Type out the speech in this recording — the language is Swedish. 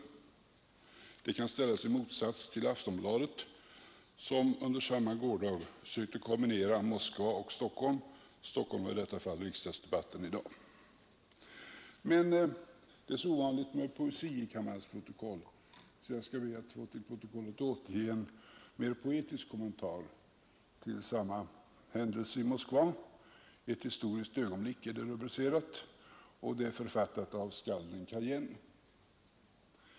Måndagen den Det kan ställas i motsats till Aftonbladet, som under samma gårdag 29 maj 1972 sökte kombinera Moskva och Stockholm. Stockholm var i detta fall riksdagsdebatten i dag. Sedan är det så ovanligt med poesi i kammarens protokoll, att jag skall be att få läsa in en mer poetisk kommentar till samma händelse i Moskva. ”Ett historiskt ögonblick”, av skalden Kajenn.